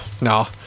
no